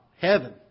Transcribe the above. heaven